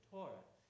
Torah